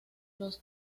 los